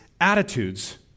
attitudes